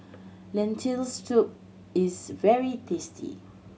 Lentil Soup is very tasty